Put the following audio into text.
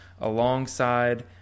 alongside